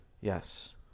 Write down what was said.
Yes